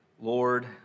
Lord